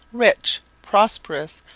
rich, prosperous,